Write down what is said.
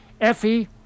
Effie